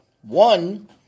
one